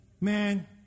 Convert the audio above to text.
Man